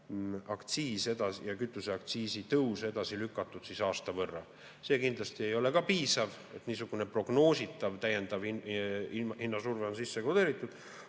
ja kütuseaktsiisi tõus on edasi lükatud aasta võrra. See kindlasti ei ole piisav, niisugune prognoositav täiendav hinnasurve on sisse kodeeritud,